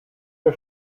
der